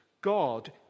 God